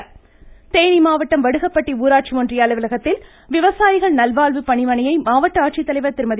ஸ்ஸ்ஸ்ஸ் கிசான் தேனி தேனி மாவட்டம் வடுகப்பட்டி ஊராட்சி ஒன்றிய அலுவலகத்தில் விவசாயிகள் நல்வாழ்வு பணிமனையை மாவட்ட ஆட்சித்தலைவர் திருமதி